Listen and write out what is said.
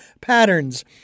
patterns